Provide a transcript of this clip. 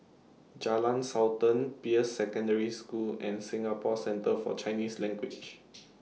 Jalan Sultan Peirce Secondary School and Singapore Centre For Chinese Language